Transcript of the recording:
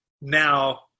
Now